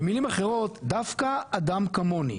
במילים אחרות, דווקא אדם כמוני